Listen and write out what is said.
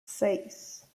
seis